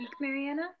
Mariana